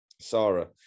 Sarah